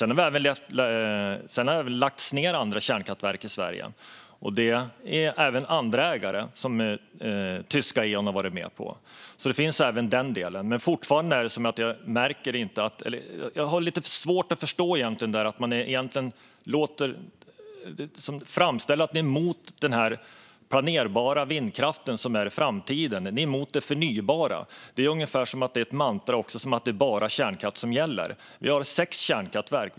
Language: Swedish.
Andra kärnkraftverk har lagts ned i Sverige, vilket även andra ägare, till exempel tyska Eon, har varit med på. Jag har lite svårt att förstå varför ni framställer det som att ni är emot den planerbara vindkraften som är framtiden. Ni är emot det förnybara. Även det är ungefär som ett mantra, som om det bara är kärnkraft som gäller Vi har sex kärnkraftverk.